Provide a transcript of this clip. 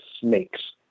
snakes